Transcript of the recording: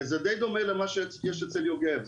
זה די דומה למה שיש אצל יוגב,